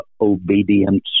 obedience